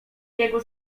jego